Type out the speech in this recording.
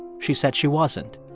she said she wasn't.